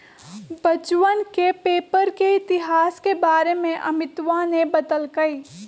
बच्चवन के पेपर के इतिहास के बारे में अमितवा ने बतल कई